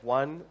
one